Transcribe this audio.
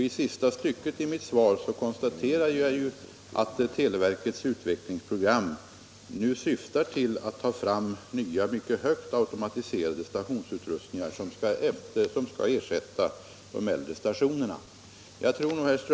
I sista stycket i mitt svar konstaterar jag också att televerkets utvecklingsprogram syftar till att ta fram nya mycket högt automatiserade stationsutrustningar som skall ersätta de äldre stationerna.